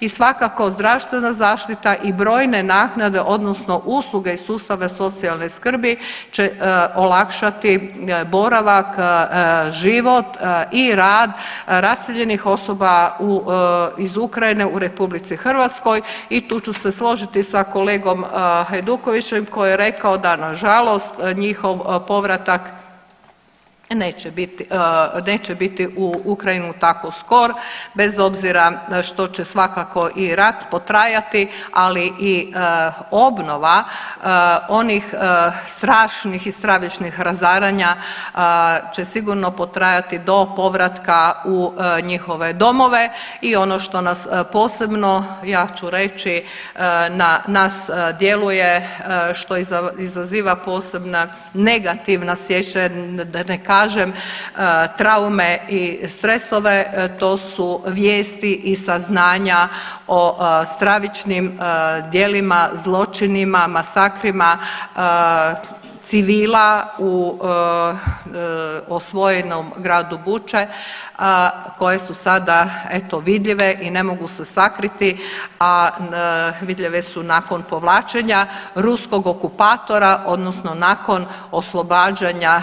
I svakako zdravstvena zaštita i brojne naknade odnosno usluge iz sustava socijalne skrbi će olakšati boravak, život i rad raseljenih osoba iz Ukrajine u RH i tu ću se složiti sa kolegom Hajdukovićem koji je rekao da nažalost njihov povratak neće biti, neće biti u Ukrajinu tako skor bez obzira što će svakako i rat potrajati, ali i obnova onih strašnih i stravičnih razaranja će sigurno potrajati do povratka u njihove domove i ono što nas posebno ja ću reći na nas djeluje što izaziva posebna negativna sjećanja, da ne kažem traume i stresove to su vijesti i saznanja o stravičnim dijelima, zločinima, masakrima civila u osvojenom gradu Buče koje su sada eto vidljive i ne mogu se sakriti, a vidljive su nakon povlačenja ruskog okupatora odnosno nakon oslobađanja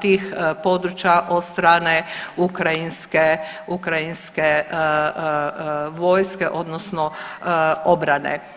tih područja od strane ukrajinske, ukrajinske vojske odnosno obrane.